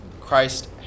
Christ